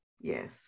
Yes